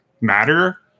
matter